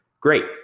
great